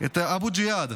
את אבו ג'יהאד,